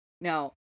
Now